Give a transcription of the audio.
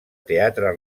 teatre